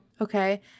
okay